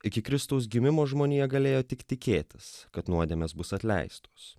iki kristaus gimimo žmonija galėjo tik tikėtis kad nuodėmės bus atleistos